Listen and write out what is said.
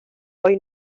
hoy